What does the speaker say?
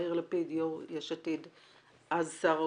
שיאיר לפיד, יו"ר יש עתיד, אז שר האוצר,